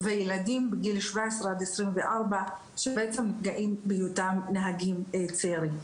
וילדים בגיל 17 עד 24 שנפגעים בהיותם נהגים צעירים.